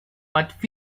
but